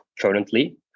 currently